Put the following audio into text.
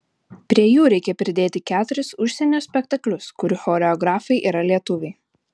prie jų reikia pridėti keturis užsienio spektaklius kurių choreografai yra lietuviai